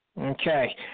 Okay